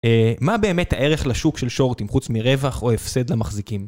מה באמת הערך לשוק של שורטים, חוץ מרווח או הפסד למחזיקים?